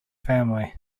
family